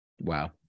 Wow